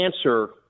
answer